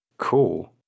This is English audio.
Cool